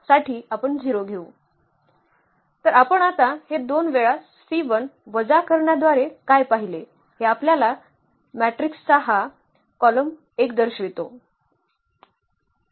तर आपण आता हे दोन वेळा वजा करण्याद्वारे काय पाहिले हे आपल्या मॅट्रिक्स चा हा कॉलम 1 दर्शवितो